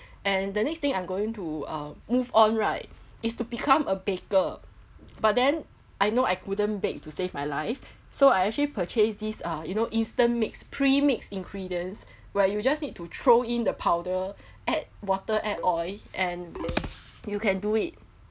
and the next thing I'm going to uh move on right is to become a baker but then I know I couldn't bake to save my life so I actually purchased these ah you know instant mix pre-mix ingredients where you just need to throw in the powder add water add oil and you can do it